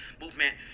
movement